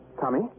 tommy